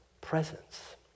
presence